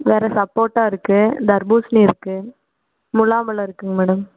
வேறே சப்போட்டா இருக்குது தர்பூசணி இருக்குது முலாம்பழம் இருக்குங்க மேடம்